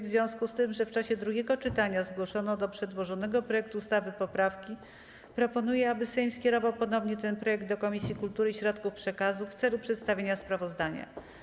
W związku z tym, że w czasie drugiego czytania zgłoszono do przedłożonego projektu ustawy poprawki, proponuję, aby Sejm skierował ponownie ten projekt do Komisji Kultury i Środków Przekazu w celu przedstawienia sprawozdania.